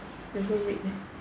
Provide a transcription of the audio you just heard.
never red meh